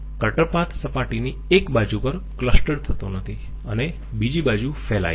cutter path સપાટીની એક બાજુ પર ક્લસ્ટર થતો નથી અને બીજી બાજુ ફેલાય છે